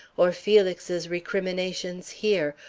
or felix's recriminations here,